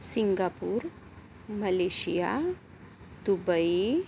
Singapore Malaysia Dubai